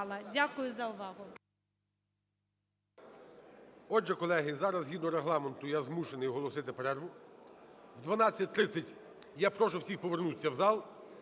Дякую за увагу.